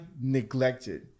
neglected